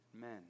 men